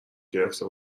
گرفته